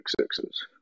sixes